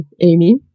Amy